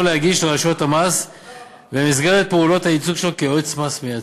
להגיש לרשויות המס במסגרת פעולת הייצוג שלו כיועץ מס מייצג.